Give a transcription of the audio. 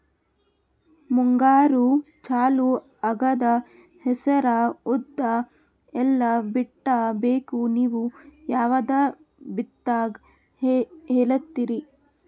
ಮುಂಗಾರು ಚಾಲು ಆಗ್ತದ ಹೆಸರ, ಉದ್ದ, ಎಳ್ಳ ಬಿತ್ತ ಬೇಕು ನೀವು ಯಾವದ ಬಿತ್ತಕ್ ಹೇಳತ್ತೀರಿ?